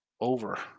over